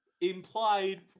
Implied